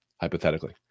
hypothetically